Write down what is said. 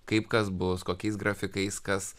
kaip kas bus kokiais grafikais kas